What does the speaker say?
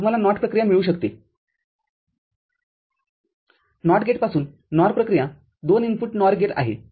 तुम्हाला NOT प्रक्रिया मिळू शकते NOT गेटपासून NOR प्रक्रिया २ इनपुट NOR गेट आहे